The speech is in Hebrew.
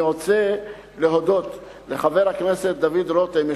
אני רוצה להודות לחבר הכנסת דוד רותם,